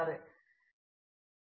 ಪ್ರತಾಪ್ ಹರಿಡೋಸ್ ಸರಿ